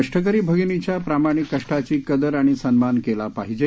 कष्टकरी भगिनीच्या प्रामाणिक कष्टाची कदर आणि सन्मान केला पाहिजे